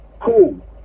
cool